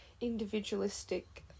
individualistic